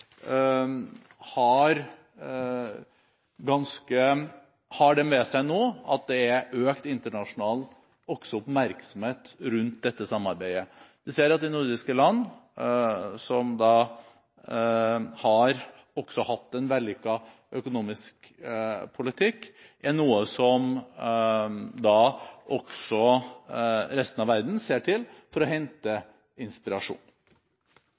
har hatt en vellykket økonomisk politikk, er noe resten av verden ser til for å hente inspirasjon.